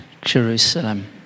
Jerusalem